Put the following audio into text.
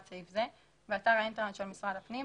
סעיף זה באתר האינטרנט של משרד הפנים,